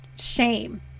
shame